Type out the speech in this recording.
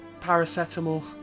paracetamol